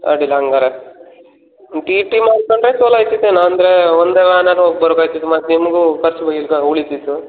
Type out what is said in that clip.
ಅಡ್ಡಿಲ್ಲ ಹಂಗಾರೆ T T ಮಾಡ್ಕೊಂಡ್ರೆ ಚಲೋ ಆಗ್ತಿತ್ತು ಏನೋ ಅಂದರೆ ಒಂದೇ ಮತ್ತು ನಿಮಗೂ ಖರ್ಚು ಈಗ ಉಳಿತಿತ್ತು